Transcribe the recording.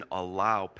allow